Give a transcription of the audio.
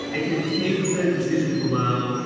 it can take the decision below.